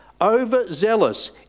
overzealous